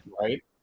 right